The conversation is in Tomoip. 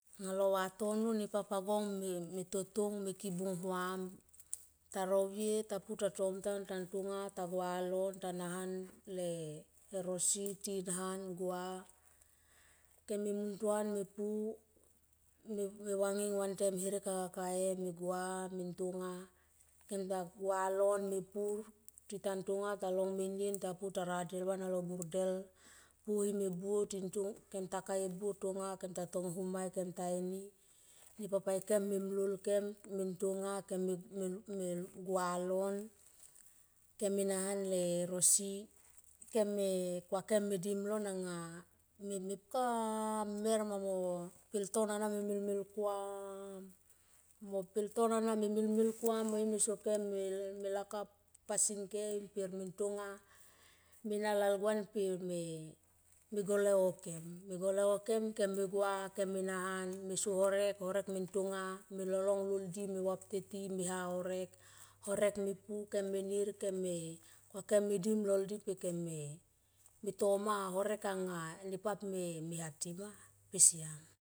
Anga lo vatono nepap agong me totong kibung huamita rovie ta pu ta tom tan ta gua lon ta na han le e rosi tin han gua kem me muntuan me pu me vanging vantem herek anga kaka e me gua me ntonga kem ta gua lon me pur tita ntonga ta long menien tita pu ta radel van alo burdel puhim e buo kem ta ka e buo tonga kemta tong hum ma kem ta ini nepap ai kem me mlol kem mentonga me gua lon. Kem me ra han le rosi kem me kua kem me dim lon anga mepka mer ma mo pel ton ana me mel mel kuam mo i me so kem me lakap pasing kei per me ntonga mena lalguan pe me gole oh kem, me gole oh kem, kem me gua kem me nahan me so harek, harek mentonga me lolong lol di me vapte ti me ha harek harek me pu kem me nir kem me, kuakem me mdi molol di pe kem me toma horek anga nepa me hati ma pe siam.